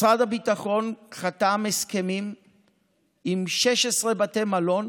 משרד הביטחון חתם על הסכמים עם 16 בתי מלון